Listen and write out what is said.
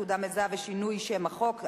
תעודה מזהה ושינוי שם החוק),